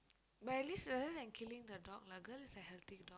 but at least rather than killing the dog lah girl is a healthy dog